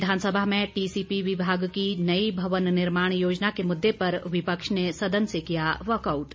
विधानसभा में टीसीपी विभाग की नई भवन निर्माण योजना के मुददे पर विपक्ष ने सदन से किया वॉकआउट